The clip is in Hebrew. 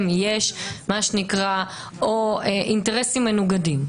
יש מה שנקרא "אינטרסים מנוגדים",